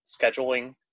scheduling